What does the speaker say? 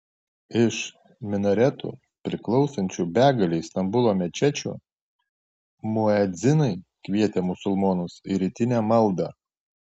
iš minaretų priklausančių begalei stambulo mečečių muedzinai kvietė musulmonus į rytinę maldą